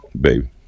baby